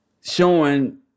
showing